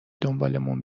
دنبالمون